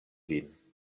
vin